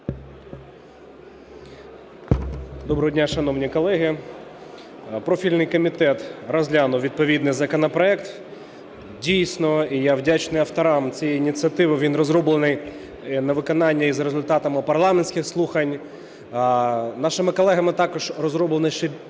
Доброго дня, шановні колеги! Профільний комітет розглянув відповідний законопроект. Дійсно, і я вдячний авторам цієї ініціативи, він розроблений на виконання і за результатами парламентських слухань. Нашими колегами також розроблений ще більш